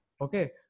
Okay